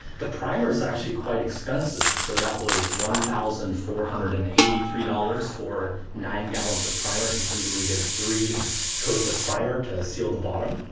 the primer's actually quite expensive. so that was one thousand four hundred and eighty three dollars for nine gallons of primer. because remember, we did three coats of primer to seal the bottom.